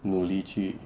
努力去